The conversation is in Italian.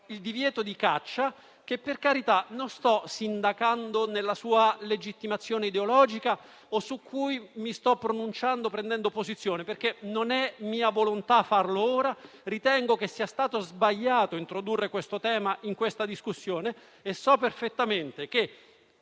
il divieto di caccia. Per carità, non sto sindacando sulla sua legittimazione ideologica e non mi sto pronunciando prendendo posizione, perché non è mia volontà farlo ora, ma ritengo sia stato sbagliato introdurre tale tema in questa discussione. So perfettamente che